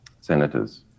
senators